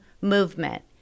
movement